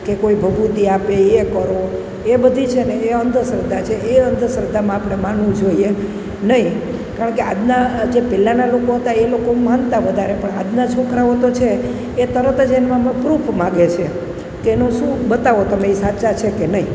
કે કોઈ ભભૂતિ આપે એ કરો એ બધી છેને એ અંધશ્રદ્ધા છે એ અંધશ્રદ્ધામાં આપણે માનવું જોઈએ નહીં કારણ કે આજના જે પહેલાંના લોકો હતાં એ લોકો માનતા વધારે પણ આજના છોકરાઓ તો છે એ તરત જ એમનામાં પ્રૂફ માંગે છે તો એનું શું બતાવો તમે એ સાચા છે કે નહીં એ